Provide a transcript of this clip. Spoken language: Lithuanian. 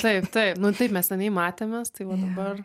taip taip nu taip mes seniai matėmės tai va dabar